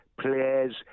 players